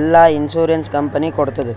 ಎಲ್ಲಾ insurance company ಕೊಡ್ತುದ್